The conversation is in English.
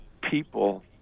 people